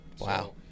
wow